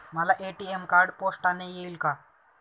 मला ATM card पोस्टाने येईल का?